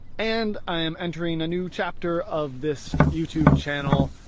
and i am entering a new chapter of this youtube channel.